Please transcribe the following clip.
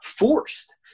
Forced